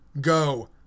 go